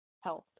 health